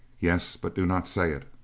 yes. but do not say it.